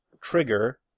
trigger